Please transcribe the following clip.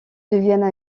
deviennent